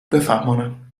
بفهمانم